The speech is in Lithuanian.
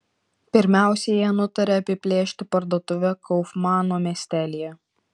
pirmiausia jie nutarė apiplėšti parduotuvę kaufmano miestelyje